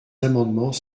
amendements